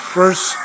first